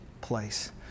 place